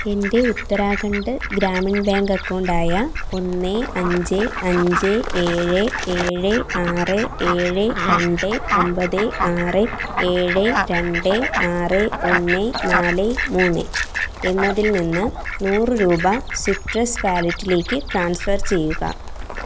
എൻ്റെ ഉത്തരാഖണ്ഡ് ഗ്രാമീൺ ബാങ്ക് അക്കൗണ്ടായ ഒന്ന് അഞ്ച് അഞ്ച് ഏഴ് ഏഴ് ആറ് ഏഴ് രണ്ട് ഒമ്പത് ആറ് ഏഴ് രണ്ട് ആറ് ഒന്ന് നാല് മൂന്ന് എന്നതിൽ നിന്ന് നൂറു രൂപ സിട്രസ് വാലറ്റിലേക്ക് ട്രാൻസ്ഫർ ചെയ്യുക